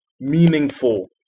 meaningful